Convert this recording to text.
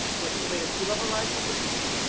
with the rate of sea level rise that we're seeing.